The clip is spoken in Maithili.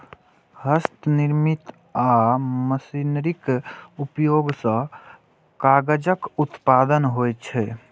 हस्तनिर्मित आ मशीनरीक उपयोग सं कागजक उत्पादन होइ छै